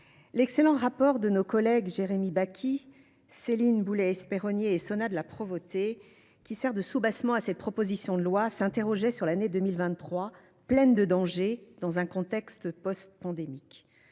l’excellent rapport de nos collègues Jérémy Bacchi, Céline Boulay Espéronnier et Sonia de La Provôté, qui sert de soubassement à cette proposition de loi, s’interrogeait sur l’année 2023, « pleine de dangers », dans un contexte post pandémique.